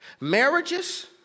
marriages